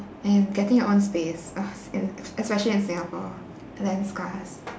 and getting your own space e~ especially in singapore land scarce